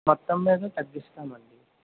మొత్తం మీద తగ్గిస్తామండీ